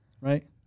right